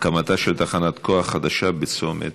הקמתה של תחנת כוח חדשה בצומת,